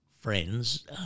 friends